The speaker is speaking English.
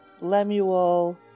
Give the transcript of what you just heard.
Lemuel